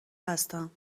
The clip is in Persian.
هستم